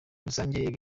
rusange